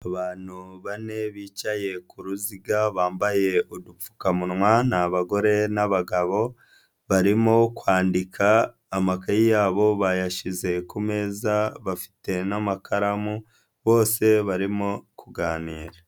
Abantu bane bicaye ku ruziga bambaye udupfukamunwa ni abagore n'abagabo barimo kwandika amakaye yabo bayashyize ku meza bafite n'amakaramu bose barimo kuganira.